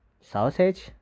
Sausage